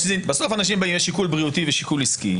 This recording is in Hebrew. בסוף אנשים באים, יש שיקול בריאותי ושיקול עסקי,